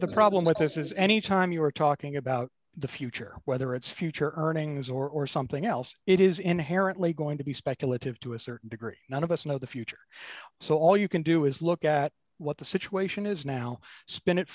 the problem with this is any time you are talking about the future whether it's future earnings or something else it is inherently going to be speculative to a certain degree none of us know the future so all you can do is look at what the situation is now spin it